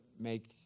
make